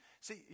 See